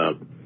up